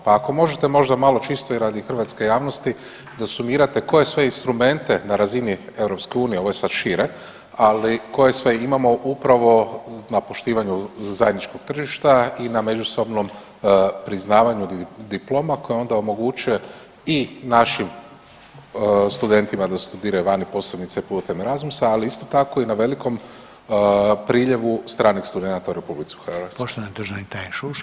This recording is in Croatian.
Pa ako možete možda malo čisto i radi hrvatske javnosti da sumirate koje sve instrumente na razini EU, ovo je sad šire, ali koje sve imamo upravo na poštivanju zajedničkog tržišta i na međusobnom priznavanju diploma koja onda omogućuje i našim studentima da studiraju vani, posebice putem rasmusa, ali isto tako i na velikom priljevu stranih studenata u RH.